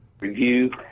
review